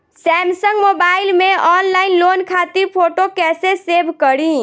Samsung mobile में online loan खातिर photo कैसे सेभ करीं?